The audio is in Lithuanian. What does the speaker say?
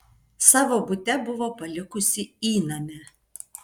savo bute buvo palikusi įnamę